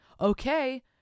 Okay